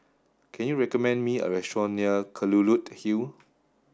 can you recommend me a restaurant near Kelulut Hill